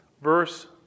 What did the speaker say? verse